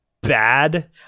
bad